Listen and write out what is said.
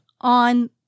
on